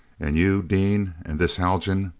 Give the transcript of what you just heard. and you, dean and this haljan,